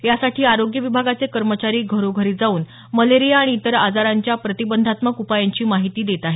यासाठी आरोग्य विभागाचे कर्मचारी घरोघरी जाऊन मलेरिया आणि इतर आजारांच्या प्रतिबंधात्मक उपायांची माहिती देत आहेत